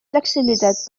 flexibilitat